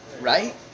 right